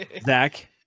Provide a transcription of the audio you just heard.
zach